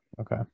Okay